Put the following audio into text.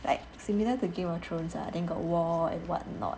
like similar to game of thrones ah then got war and what not